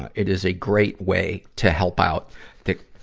it is a great way to help out that,